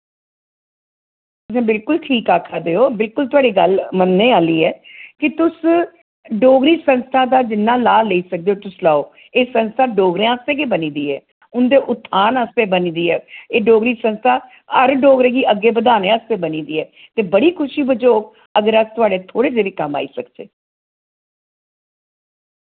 तुस बिलकुल ठीक आखा दे ओ बिलकुल थोआड़ी गल्ल मन्नने आह्ली ऐ कि तुस डोगरी संस्था दा जिन्ना लाह् लेई सकदे ओ तुस लाओ एह् संस्था डोगरें आस्तै गै बनी दी ऐ उंदे उत्थान आस्तै बनी दी ऐ एह् डोगरी संस्था हर डोगरे गी अग्गे बधाने आस्तै बनी दी ऐ ते बड़ी खुशी बझोग अगर अस थोआड़े थोह्ड़े देह् वी कम्म आई सकचै